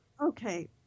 Okay